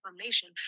information